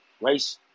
race